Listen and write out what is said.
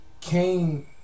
Cain